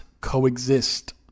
coexist